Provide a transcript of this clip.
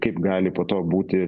kaip gali po to būti